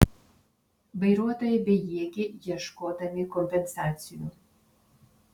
vairuotojai bejėgiai ieškodami kompensacijų